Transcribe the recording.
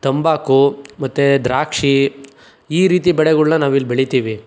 ತಂಬಾಕು ಮತ್ತು ದ್ರಾಕ್ಷಿ ಈ ರೀತಿ ಬೆಳೆಗಳ್ನ ನಾವು ಇಲ್ಲಿ ಬೆಳಿತೀವಿ